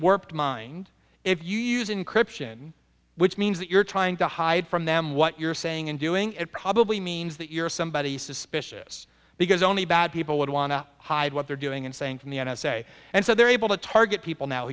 work mind if you use encryption which means that you're trying to hide from them what you're saying and doing it probably means that you're somebody suspicious because only bad people would want to hide what they're doing and saying from the n s a and so they're able to target people now